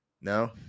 no